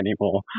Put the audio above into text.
anymore